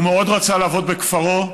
שהוא מאוד רצה לעבוד בכפרו,